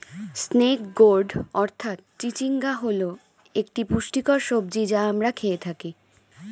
snake gourd অর্থাৎ চিচিঙ্গা হল একটি পুষ্টিকর সবজি যা আমরা খেয়ে থাকি